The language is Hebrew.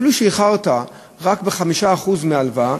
אפילו שאיחרת רק ב-5% מההלוואה,